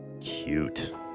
Cute